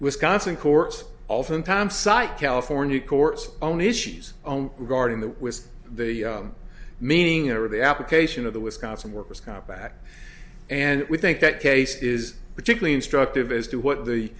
wisconsin courts oftentimes cite california courts own issues own regarding that was the meaning of the application of the wisconsin workers comp back and we think that case is particularly instructive as to what the